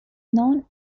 known